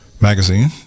magazine